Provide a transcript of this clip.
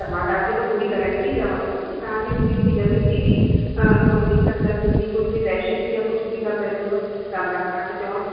त मां तव्हांखे त पूरी गारंटी ॾियांव थी की तव्हांजी स्किन खे जरी सी बि कोई दिक़तु न थींदी कोई बि रेशिश या कुझु बि न पवंदव तव्हांखे सभु तव्हांखे चवां